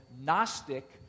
Gnostic